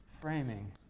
framing